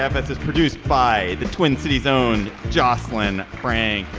gaffe is is produced by the twin cities own joslyn frank